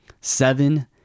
Seven